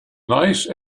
nice